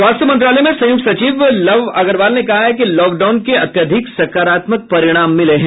स्वास्थ्य मंत्रालय में संयुक्त सचिव लव अग्रवाल ने कहा है कि लॉकडाउन के अत्यधिक सकारात्मक परिणाम मिले हैं